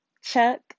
Chuck